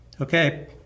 Okay